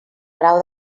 grau